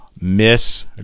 Miss